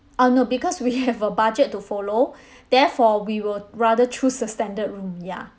ah no because we have a budget to follow therefore we will rather choose the standard room ya